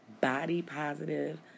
body-positive